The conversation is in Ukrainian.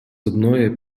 одної